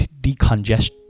decongestion